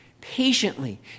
patiently